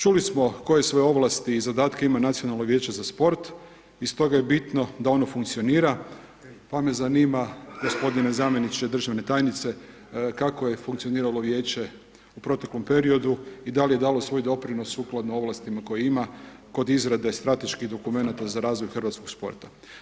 Čuli smo koje sve ovlasti i zadatke ima Nacionalno vijeće za sport i stoga je bitno da ono funkcionira, pa me zanima, g. zamjeniče državne tajnice, kako je funkcioniralo vijeće u proteklom periodu i da li je dalo svoj doprinos sukladno ovlasti koje ima kod izrade strateških dokumenata za razvoj hrvatskog sporta.